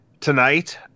tonight